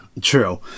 True